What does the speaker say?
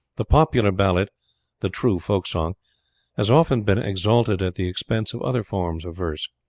the popular ballad the true folk-song has often been exalted at the expense of other forms of verse.